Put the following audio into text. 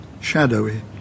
shadowy